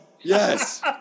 Yes